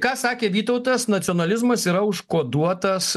ką sakė vytautas nacionalizmas yra užkoduotas